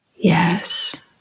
Yes